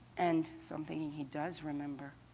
and so i'm thinking, he does remember.